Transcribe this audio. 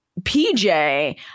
PJ